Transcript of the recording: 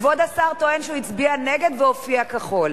כבוד השר טוען שהוא הצביע נגד והופיע כחול.